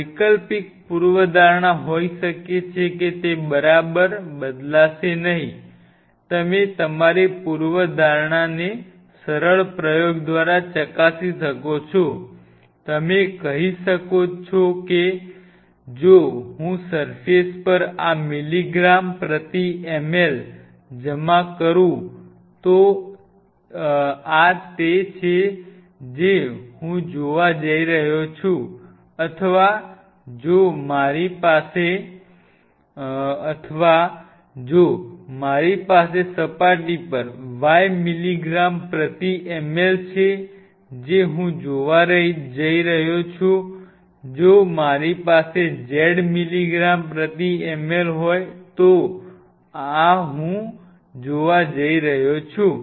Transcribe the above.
વૈકલ્પિક પૂર્વધારણા હોઈ શકે છે કે તે બરાબર બદલાશે નહીં તમે તમારી પૂર્વધારણાને સરળ પ્રયોગ દ્વારા ચકાસી શકો છો તમે કહી શકો કે જો હું સર્ફેસ પર આ મિલિગ્રામ પ્રતિ ml જમા કરું તો આ તે છે જે હું જોવા જઈ રહ્યો છું અથવા જો મારી પાસે સપાટી પર y મિલિગ્રામ પ્રતિ ml છે જે હું જોવા જઈ રહ્યો છું જો મારી પાસે z મિલીગ્રામ પ્રતિ ml હોય તો આ હું જોવા જઈ રહ્યો છું